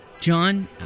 John